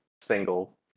single